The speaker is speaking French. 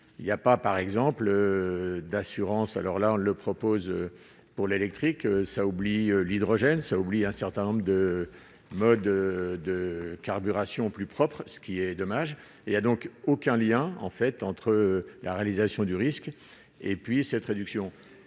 il y a pas par exemple d'assurance alors la le propose pour l'électrique ça oublie l'hydrogène ça oublier un certain nombre de mode de carburation plus propres, ce qui est dommage et il y a donc aucun lien en fait entre la réalisation du risque et puis cette réduction